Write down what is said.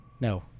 no